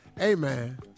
Amen